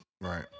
Right